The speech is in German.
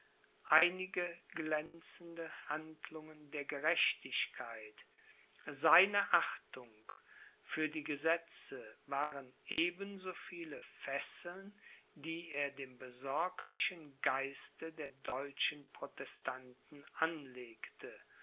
einige glänzende handlungen der gerechtigkeit seine achtung für die gesetze waren eben so viele fesseln die er dem besorglichen geiste der deutschen protestanten anlegte